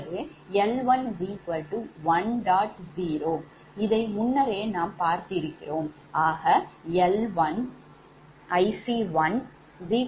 0 இதை முன்னரே நாம் பார்த்து இருக்கிறோம் L1 IC14